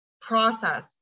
process